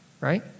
Right